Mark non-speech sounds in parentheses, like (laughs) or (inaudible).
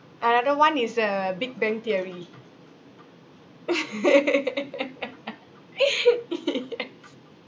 another one is uh big bang theory (laughs) yes